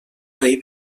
rei